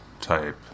type